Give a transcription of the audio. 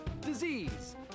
disease